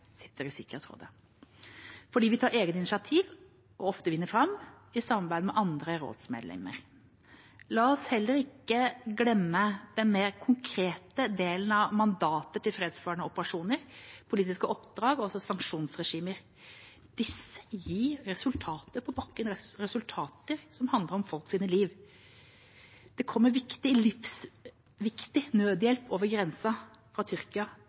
sitter i Sikkerhetsrådet, og fordi vi tar egne initiativ og ofte vinner fram i samarbeid med andre rådsmedlemmer. La oss heller ikke glemme den mer konkrete delen av mandatet til fredsbevarende operasjoner, politiske oppdrag og sanksjonsregimer. Disse gir resultater på bakken, resultater som handler om folks liv. Det kommer viktig livsviktig nødhjelp over grensen fra Tyrkia